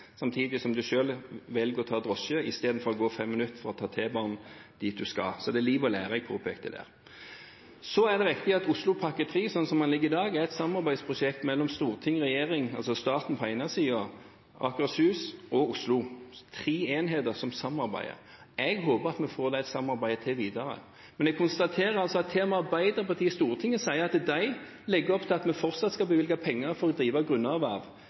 samtidig som en selv velger å ta drosje istedenfor å gå fem minutter og ta T-banen dit en skal. Så det var sammenhengen mellom liv og lære jeg ønsket å påpeke med det. Det er riktig at Oslopakke 3, slik den foreligger i dag, er et samarbeidsprosjekt mellom Stortinget og regjeringen, altså staten, på den ene siden, og Akershus og Oslo – tre enheter som samarbeider. Jeg håper at vi får til det samarbeidet også videre. Men jeg konstaterer at til og med Arbeiderpartiet i Stortinget sier at de legger opp til at vi fortsatt skal bevilge penger for å drive grunnerverv